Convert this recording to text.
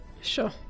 Sure